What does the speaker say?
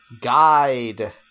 Guide